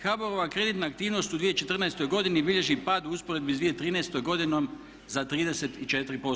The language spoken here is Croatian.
HBOR-ova kreditna aktivnost u 2014. godini bilježi pad u usporedbi sa 2013. godinom za 34%